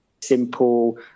simple